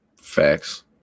Facts